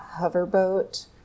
hoverboat